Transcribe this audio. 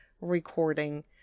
recording